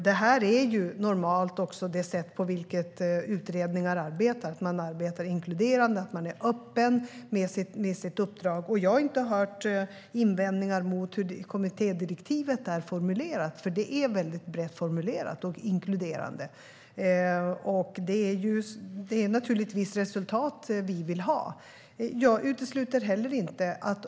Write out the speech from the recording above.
Det här är det normala sättet på vilket utredningar arbetar. Man arbetar inkluderande och är öppen med sitt uppdrag. Jag har inte hört några invändningar mot hur kommittédirektivet är formulerat. Det är formulerat brett och inkluderande. Det är naturligtvis resultat vi vill ha.